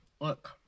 Look